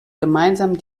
gemeinsam